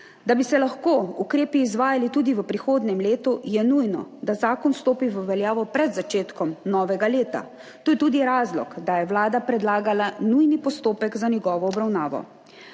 Da bi se lahko ukrepi izvajali tudi v prihodnjem letu, je nujno, da zakon stopi v veljavo pred začetkom novega leta. To je tudi razlog, da je Vlada predlagala nujni postopek za njegovo obravnavo.